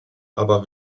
aber